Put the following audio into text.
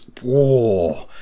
Whoa